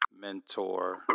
mentor